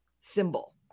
symbol